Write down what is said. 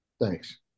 Thanks